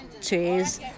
cheese